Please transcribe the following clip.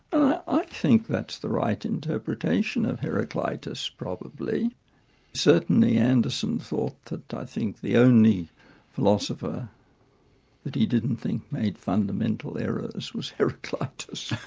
i think that's the right interpretation of heraclitus probably certainly anderson thought that. i think the only philosopher that he didn't think made fundamental errors was heraclitus.